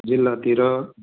जिल्लातिर